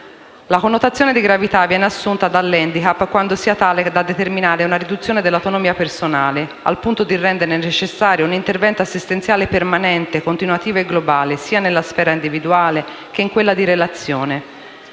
La connotazione di gravità viene assunta dall'handicap quando sia tale da determinare una riduzione dell'autonomia personale, al punto da rendere necessario un intervento assistenziale permanente, continuativo e globale sia nella sfera individuale, che in quella di relazione.